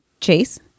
Chase